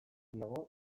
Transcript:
nago